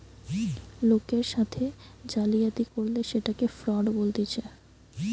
লোকের সাথে জালিয়াতি করলে সেটকে ফ্রড বলতিছে